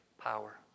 power